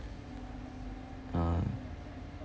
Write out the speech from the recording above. uh